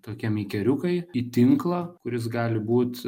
tokie meikeriukai į tinklą kuris gali būt